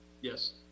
Yes